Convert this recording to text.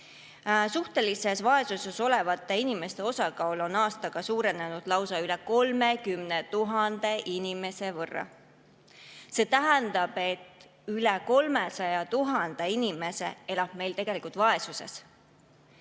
Suhtelises vaesuses olevate inimeste osakaal on aastaga suurenenud lausa üle 30 000 inimese võrra. See tähendab, et üle 300 000 inimese elab vaesuses.